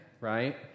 right